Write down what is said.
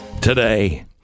today